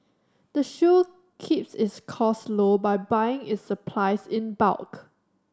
the shop keeps its cost low by buying its supplies in bulk